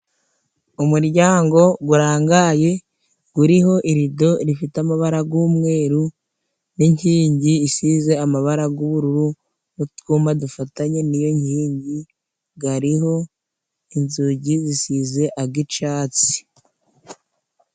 Umuryango gurangaye guriho irido rifite amabara g'umweru n'inkingi isize amabara g'ubururu n'utwuma dufatanye n'iyo nkingi, gariho inzugi zisize ag'icatsi.